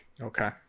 Okay